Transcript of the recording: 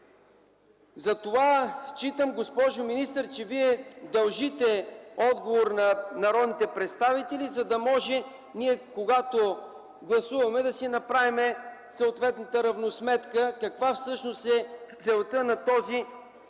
Затова считам, госпожо министър, че Вие дължите отговор на народните представители, за да можем ние, когато гласуваме, да си направим съответната равносметка каква всъщност е целта на този текст.